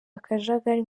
akajagari